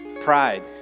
pride